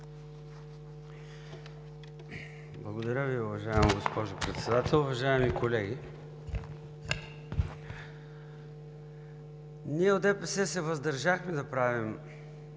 Благодаря Ви, уважаема госпожо Председател. Уважаеми колеги! Ние от ДПС се въздържахме да правим